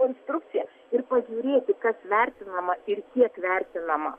konstrukcija ir pažiūrėti kas vertinama ir kiek vertinama